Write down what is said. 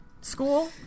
School